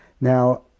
Now